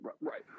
Right